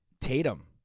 Tatum